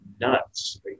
nuts